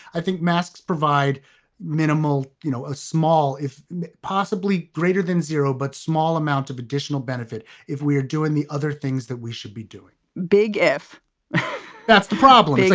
i think masks provide minimal, you know, a small if possibly greater than zero, but small amount of additional benefit if we are doing the other things that we should be doing big. if that's the problem.